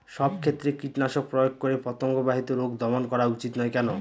সব ক্ষেত্রে কীটনাশক প্রয়োগ করে পতঙ্গ বাহিত রোগ দমন করা উচিৎ নয় কেন?